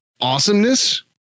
awesomeness